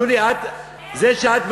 שולי, את, זה שאת מסכימה,